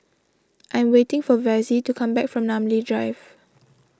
I am waiting for Vassie to come back from Namly Drive